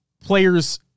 Players